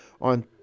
on